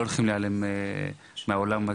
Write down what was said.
לא הולכים להיעלם מהעולם הזה.